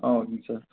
ஆ ஓகேங்க சார்